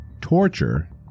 torture